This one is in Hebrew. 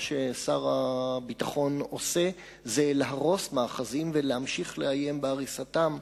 מה ששר הביטחון עושה זה להרוס מאחזים ולהמשיך לאיים בהריסתם.